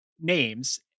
names